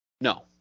No